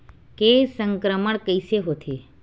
के संक्रमण कइसे होथे?